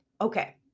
Okay